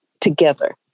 together